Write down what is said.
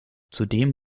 zudem